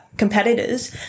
competitors